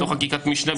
לא חקיקת משנה,